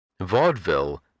Vaudeville